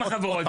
שגם החברות.